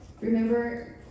Remember